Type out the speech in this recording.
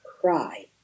cry